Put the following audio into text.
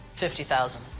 fifty thousand